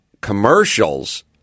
commercials